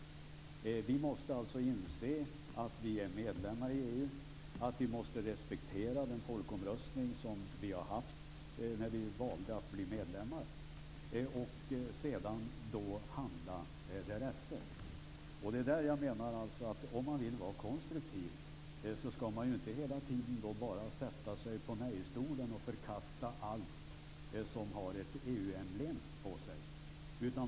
Vi måste alltså inse att vi är medlemmar i EU och att vi måste respektera den folkomröstning som vi har haft när vi valde att bli medlemmar. Sedan måste vi handla därefter. Då menar jag att om man vill vara konstruktiv skall man inte hela tiden sätta sig på nej-stolen och förkasta allt som har ett EU-emblem på sig.